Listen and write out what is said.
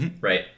right